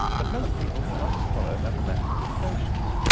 but most people cannot follow mathematical equations.